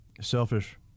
selfish